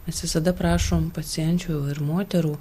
mes visada prašom pacienčių ir moterų